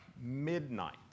midnight